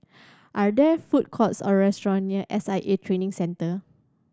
are there food courts or restaurants near S I A Training Centre